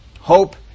Hope